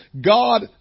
God